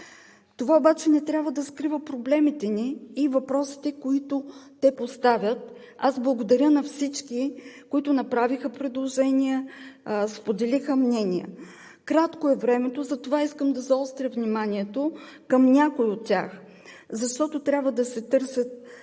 Това обаче не трябва да скрива проблемите ни и въпросите, които те поставят. Аз благодаря на всички, които направиха предложения, споделиха мнения. Кратко е времето, затова искам да заостря вниманието към някои от тях. Защото трябва да се търсят